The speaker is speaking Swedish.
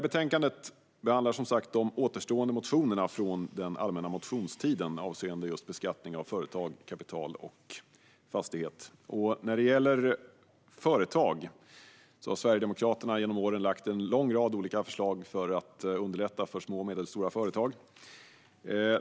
I betänkandet behandlas de återstående motionerna från den allmänna motionstiden avseende just beskattning av företag, kapital och fastighet. När det gäller företag har Sverigedemokraterna genom åren lagt fram en lång rad olika förslag för att underlätta för små och medelstora företag.